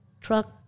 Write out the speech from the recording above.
truck